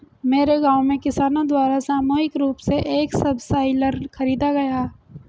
मेरे गांव में किसानो द्वारा सामूहिक रूप से एक सबसॉइलर खरीदा गया